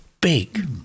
big